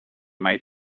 might